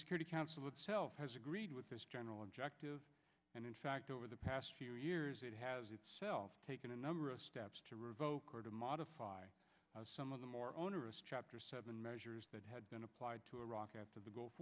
security council itself has agreed with this general objective and in fact over the past few years it has itself taken a number of steps to revoke or to modify some of the more onerous chapter seven measures that had been applied to iraq after the g